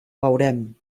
veurem